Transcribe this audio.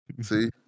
See